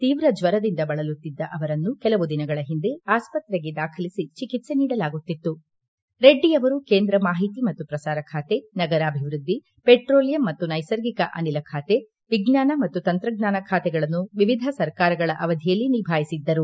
ತೀವ್ರ ಜ್ವರದಿಂದ ಬಳಲುತ್ತಿದ್ದ ಅವರನ್ನು ಕೆಲವು ದಿನಗಳ ಹಿಂದೆ ಆಸ್ಷತ್ರೆಗೆ ದಾಖಲಿಸಿ ಚಿಕಿತ್ಸೆ ನೀಡಲಾಗುತ್ತಿತ್ತುರೆಡ್ಡಿಯವರು ಕೇಂದ್ರ ಮಾಹಿತಿ ಮತ್ತು ಪ್ರಸಾರ ಖಾತೆ ನಗರಾಭಿವೃದ್ದಿ ಪೆಟ್ರೋಲಿಯಂ ಮತ್ತು ನೈಸರ್ಗಿಕ ಅನಿಲ ಖಾತೆ ವಿಜ್ಙಾನ ಮತ್ತು ತಂತ್ರಜ್ಙಾನ ಖಾತೆಗಳನ್ನು ವಿವಿಧ ಸರ್ಕಾರಗಳ ಅವಧಿಯಲ್ಲಿ ನಿಭಾಯಿಸಿದ್ದರು